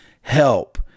help